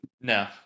No